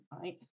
right